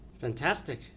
Fantastic